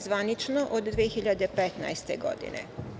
Zvanično od 2015. godine.